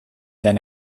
then